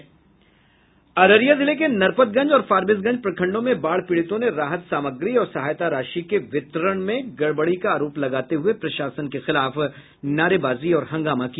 अररिया जिले के नरपतगंज और फारबिसगंज प्रखंडों में बाढ़ पीड़ितों ने राहत सामग्री और सहायता राशि के वितरण में गड़बड़ी का अरोप लगाते हुए प्रशासन के खिलाफ नारेबाजी और हंगामा किया